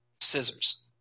Scissors